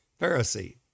Pharisee